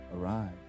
arrive